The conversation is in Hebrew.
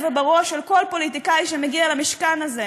ובראש של כל פוליטיקאי שמגיע למשכן הזה,